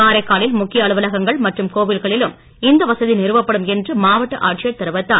காரைக்காலில் முக்கிய அலுவலகங்கள் மற்றும் கோவில்களிலும் இந்த வசதி நிறுவப்படும் என்று மாவட்ட ஆட்சியர் தெரிவித்தார்